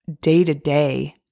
day-to-day